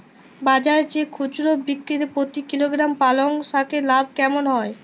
বাজারের চেয়ে খুচরো বিক্রিতে প্রতি কিলোগ্রাম পালং শাকে লাভ কেমন হয়?